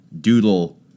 doodle